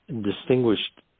distinguished